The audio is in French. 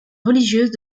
religieuse